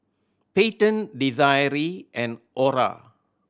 Payton Desiree and Orah